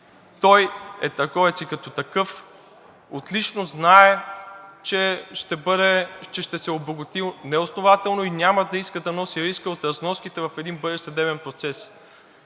той е търговец и като такъв отлично знае, че ще се обогати неоснователно и няма да иска да носи риска от разноските в един бъдещ съдебен процес.